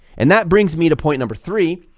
and that brings me to point number three,